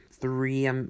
Three